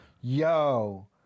yo